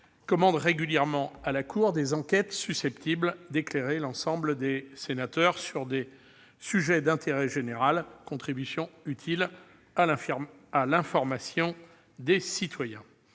commande régulièrement à la Cour des comptes des enquêtes susceptibles d'éclairer l'ensemble des sénateurs sur des sujets d'intérêt général. C'est une contribution utile à l'information des citoyens.